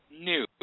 new